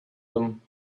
them